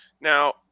Now